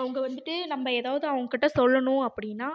அவுங்க வந்துட்டு நம்ம ஏதாவது அவங்ககிட்ட சொல்லணும் அப்படினா